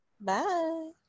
bye